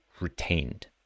retained